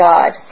God